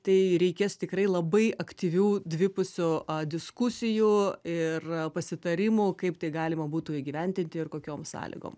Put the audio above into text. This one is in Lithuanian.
tai reikės tikrai labai aktyvių dvipusių diskusijų ir pasitarimų kaip tai galima būtų įgyvendinti ir kokiom sąlygom